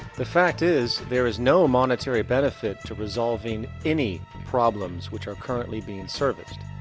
the fact is, there is no monetary benefit to resolving any problems which are currently being serviced.